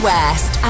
West